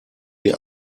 die